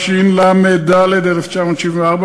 התשל"ד 1974,